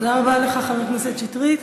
תודה רבה לך, חבר הכנסת שטרית.